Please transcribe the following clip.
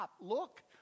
look